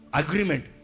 agreement